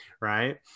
Right